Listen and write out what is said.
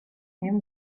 him